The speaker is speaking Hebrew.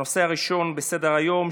הנושא הראשון בסדר-היום,